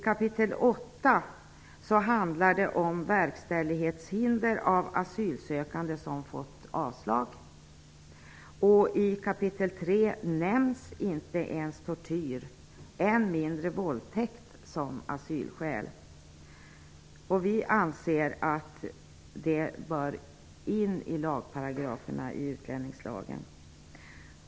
Kap. 8 handlar om verkställighetshinder för asylsökande som fått avslag, och i kap. 3 nämns inte ens tortyr, och än mindre våldtäkt, som asylskäl. Vi anser att en bestämmelse bör införas i lagparagraferna i utlänningslagen.